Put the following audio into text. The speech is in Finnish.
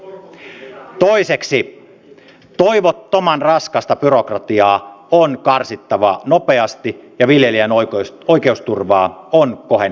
toiseksi toivottoman raskasta byrokratiaa on karsittava nopeasti ja viljelijän oikeusturvaa on kohennettava